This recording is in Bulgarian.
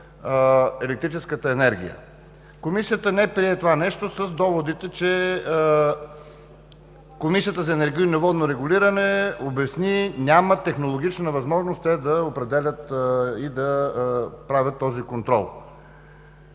електрическата енергия. Комисията не прие това нещо с доводите, че Комисията за енергийно и водно регулиране обясни, че няма технологична възможност те да определят и да правят този контрол.